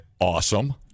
Awesome